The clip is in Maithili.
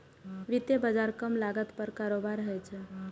वित्तीय बाजार कम लागत पर कारोबार होइ छै